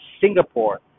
Singapore